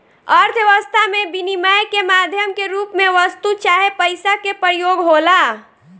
अर्थव्यस्था में बिनिमय के माध्यम के रूप में वस्तु चाहे पईसा के प्रयोग होला